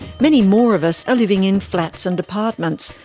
many more of us are living in flats and apartments,